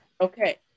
Okay